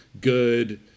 good